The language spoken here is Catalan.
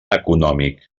econòmic